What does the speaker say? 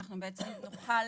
אנחנו בעצם נוכל